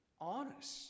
honest